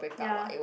ya